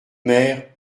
mère